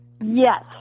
Yes